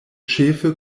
ĉefe